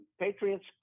Patriots